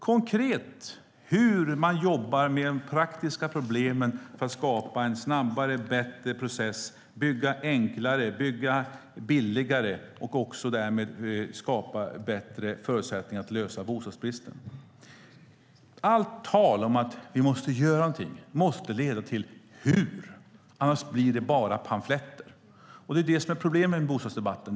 Konkret handlar det om hur man jobbar med de praktiska problemen för att skapa en snabbare och bättre process, bygga enklare, bygga billigare och därmed också skapa bättre förutsättningar att lösa bostadsbristen. Allt tal om att vi måste göra någonting måste leda till hur vi ska göra det. Annars blir det bara pamfletter. Det är det som är problemet med bostadsdebatten.